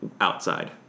outside